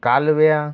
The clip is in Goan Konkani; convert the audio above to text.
कालव्या